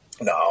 No